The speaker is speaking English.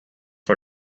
her